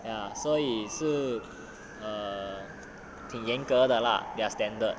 ya 所以是 err 挺严格的 lah their standard